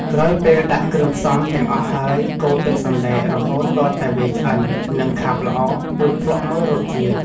ក្រោយពេលដាក់គ្រឿងផ្សំទាំងអស់ហើយ កូរទឹកសណ្ដែករហូតទាល់តែវាឆ្អិន និងខាប់ល្អ រួចភ្លក់មើលរសជាតិ។